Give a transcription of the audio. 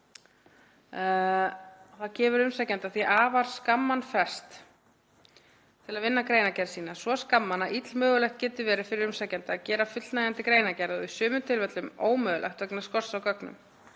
Það gefur umsækjanda því afar skamman frest til að vinna greinargerð sína, svo skamman að illmögulegt getur verið fyrir umsækjanda að gera fullnægjandi greinargerð og í sumum tilfellum ómögulegt vegna skorts á gögnum.